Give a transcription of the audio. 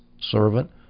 servant